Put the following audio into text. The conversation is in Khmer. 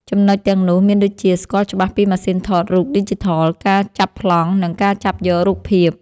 ចំណុចទាំងនោះ មានដូចជា ស្គាល់ច្បាស់ពីម៉ាសុីនថតរូបឌីជីថល ការចាប់ប្លង់ និងការចាប់យករូបភាព។